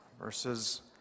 verses